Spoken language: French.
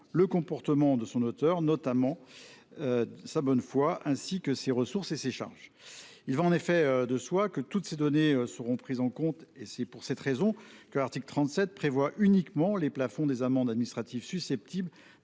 le comportement de son auteur, notamment sa bonne foi, ainsi que ses ressources et ses charges. Il va en effet de soi que toutes ces données seront appréciées. C’est pour cette raison que l’article 37 prévoit uniquement les plafonds des amendes administratives susceptibles